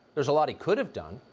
there's a lot he could have done.